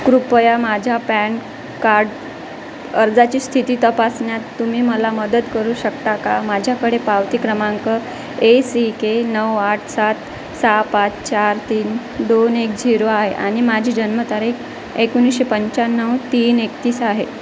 कृपया माझ्या pan card अर्जाची स्थिती तपासण्यात तुम्ही मला मदत करू शकता का माझ्याकडे पावती क्रमांक ए सी के नऊ आठ सात सहा पाच चार तीन दोन एक झिरो आहे आणि माझी जन्मतारीख एकोणीशे पंच्याण्णव तीन एकतीस आहे